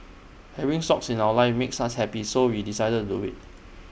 having socks in our lives makes us happy so we decided do IT